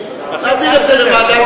הייתי מציע להעביר,